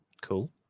Cool